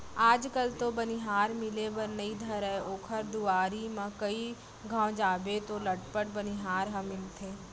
आज कल तो बनिहार मिले बर नइ धरय ओकर दुवारी म कइ घौं जाबे तौ लटपट बनिहार ह मिलथे